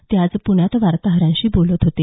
ते आज पुण्यात वार्ताहरांशी बोलत होते